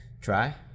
try